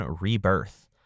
Rebirth